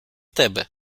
тебе